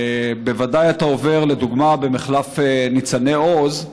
ובוודאי אתה עובר, לדוגמה, במחלף ניצני עוז.